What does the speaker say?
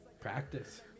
practice